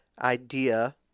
idea